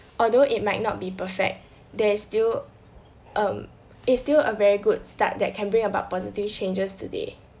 although it might not be perfect there is still um is still a very good start that can bring about positive changes today